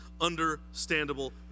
understandable